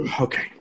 Okay